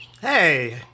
Hey